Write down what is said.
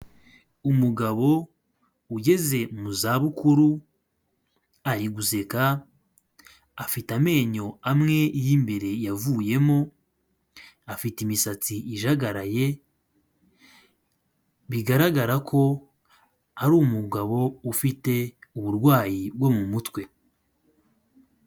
Umugabo ugeze mu za bukuru ari guseka, afite amenyo amwe y'imbere yavuyemo, afite imisatsi ijagaraye, bigaragara ko ari umugabo ufite uburwayi bwo mu mutwe.